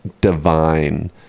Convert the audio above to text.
divine